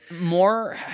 More